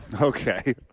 Okay